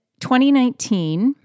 2019